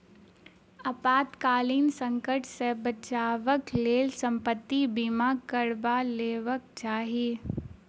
आपातकालीन संकट सॅ बचावक लेल संपत्ति बीमा करा लेबाक चाही